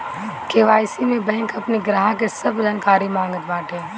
KYC में bank अपनी ग्राहक के सब जानकारी मांगत बाटे